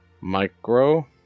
Micro